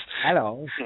Hello